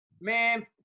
Man